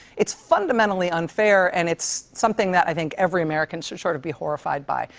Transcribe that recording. it's fundamentally unfair. and it's something that i think every american should sort of be horrified by.